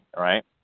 right